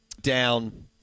down –